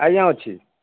ଆଜ୍ଞା ଅଛି